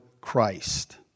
Christ